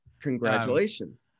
Congratulations